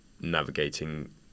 navigating